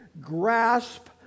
grasp